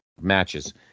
matches